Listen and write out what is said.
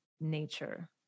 nature